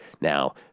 now